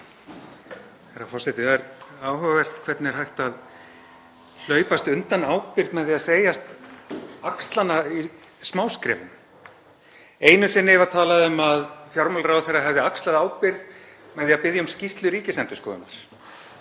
Það er áhugavert hvernig hægt er að hlaupast undan ábyrgð með því að segjast axla hana í smáskrefum. Einu sinni var talað um að fjármálaráðherra hefði axlað ábyrgð með því að biðja um skýrslu Ríkisendurskoðunar.